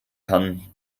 kann